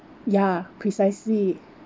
ya precisely